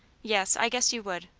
yes, i guess you would.